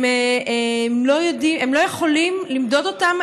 הם לא יכולים למדוד אותם,